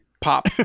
pop